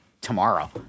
tomorrow